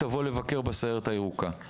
תבוא לבקר ב- ׳סיירת הירוקה׳,